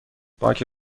باک